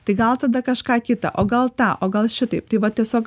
tai gal tada kažką kitą o gal tą o gal šitaip tai va tiesiog